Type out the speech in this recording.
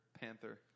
Panther